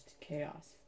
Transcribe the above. chaos